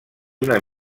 una